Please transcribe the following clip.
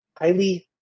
highly